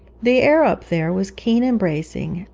the air up there was keen and bracing,